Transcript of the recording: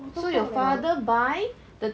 so your father buy the